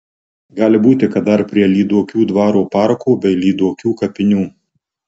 gali būti kad dar prie lyduokių dvaro parko bei lyduokių kapinių